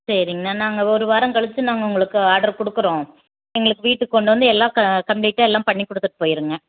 சரிங்கண்ணா நாங்கள் ஒரு வாரம் கழிச்சி நாங்கள் உங்களுக்கு ஆர்டர் கொடுக்குறோம் எங்களுக்கு வீட்டுக்கு கொண்டு வந்து எல்லா க கம்ப்ளீட்டாக எல்லாம் பண்ணிக் கொடுத்துட்டு போயிடுங்க